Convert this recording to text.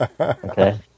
Okay